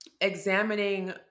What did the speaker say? examining